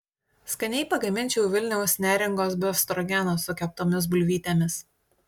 skaniai pagaminčiau vilniaus neringos befstrogeną su keptomis bulvytėmis